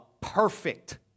perfect